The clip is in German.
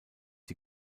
die